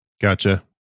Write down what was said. Gotcha